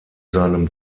seinem